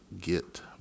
get